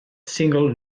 single